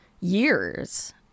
years